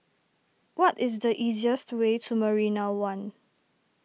what is the easiest way to Marina one